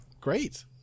great